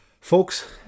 Folks